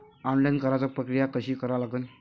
Online कराच प्रक्रिया कशी करा लागन?